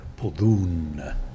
podun